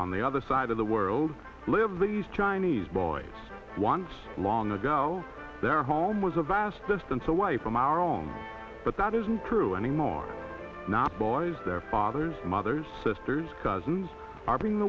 on the other side of the world live least chinese boys once long ago their home was a vast distance away from our own but that isn't true anymore are not boys their fathers mothers sisters cousins are being